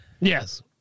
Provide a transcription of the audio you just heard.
Yes